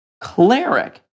Cleric